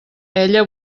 ella